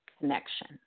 connection